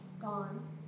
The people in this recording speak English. gone